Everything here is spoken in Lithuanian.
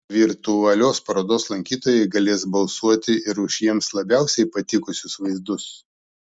virtualios parodos lankytojai galės balsuoti ir už jiems labiausiai patikusius vaizdus